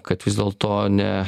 kad vis dėlto ne